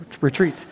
retreat